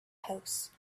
house